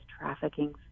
trafficking